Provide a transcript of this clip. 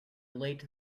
late